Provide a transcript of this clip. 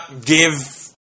give